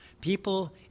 people